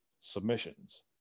submissions